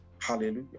hallelujah